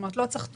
לא צריך תוכנית.